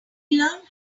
learned